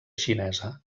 xinesa